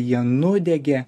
jie nudegė